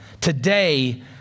Today